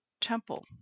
Temple